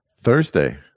Thursday